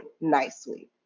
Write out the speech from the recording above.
nicely